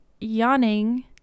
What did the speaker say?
yawning